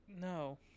No